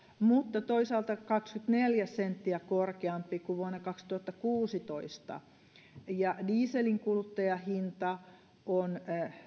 mutta toisaalta kaksikymmentäneljä senttiä korkeampi kuin vuonna kaksituhattakuusitoista dieselin kuluttajahinta on